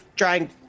Trying